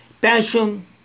passion